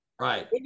Right